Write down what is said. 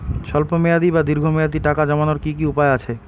স্বল্প মেয়াদি বা দীর্ঘ মেয়াদি টাকা জমানোর কি কি উপায় আছে?